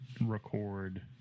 record